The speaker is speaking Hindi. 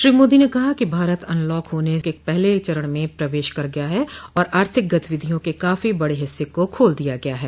श्री मोदी ने कहा कि भारत अनलॉक होने के पहले चरण में प्रवेश कर गया है और आर्थिक गतिविधियों के काफी बड़े हिस्से को खोल दिया गया है